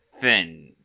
thin